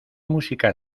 música